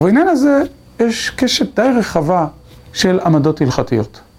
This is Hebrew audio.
ובעניין הזה, יש קשת די רחבה של עמדות הלכתיות.